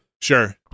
Sure